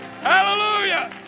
hallelujah